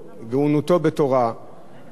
גאונותו בתורה,